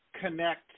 connect